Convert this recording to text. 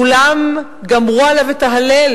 כולם גמרו עליו את ההלל,